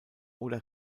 oder